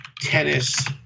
tennis